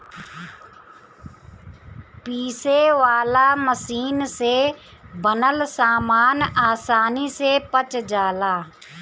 पीसे वाला मशीन से बनल सामान आसानी से पच जाला